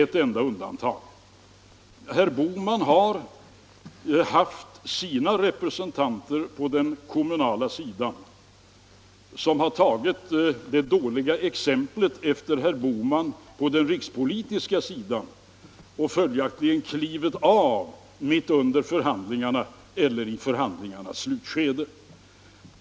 Herr Bohman har haft sina representanter på den kommunala sidan. De har tagit efter det dåliga exemplet från herr Bohman på den rikspolitiska sidan och klivit av mitt under förhandlingarna eller i förhandlingarnas slutskede.